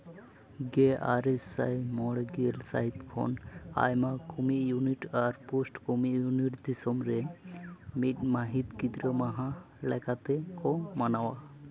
ᱜᱮ ᱟᱨᱮ ᱥᱟᱭ ᱢᱚᱬᱮ ᱜᱮᱞ ᱥᱟᱹᱦᱤᱛ ᱠᱷᱚᱱ ᱟᱭᱢᱟ ᱠᱚᱢᱤᱭᱩᱱᱤᱴ ᱟᱨ ᱯᱳᱥᱴ ᱠᱚᱢᱤᱭᱩᱱᱤᱴ ᱫᱤᱥᱚᱢ ᱨᱮ ᱢᱤᱫ ᱢᱟᱹᱦᱤᱛ ᱜᱤᱫᱽᱨᱟᱹ ᱢᱟᱦᱟ ᱞᱮᱠᱟ ᱛᱮᱠᱚ ᱢᱟᱱᱟᱣᱟ